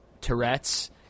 Tourette's